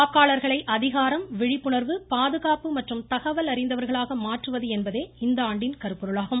வாக்காளர்களை அதிகாரம் விழிப்புணர்வு பாதுகாப்பு மற்றும் தகவல் அறிந்தவர்களாக மாற்றுவது என்பதே இந்த ஆண்டின் கருப்பொருளாகும்